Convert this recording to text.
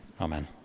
amen